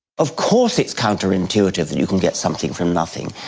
of course it's counter-intuitive that you can get something from nothing.